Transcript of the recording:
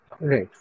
Right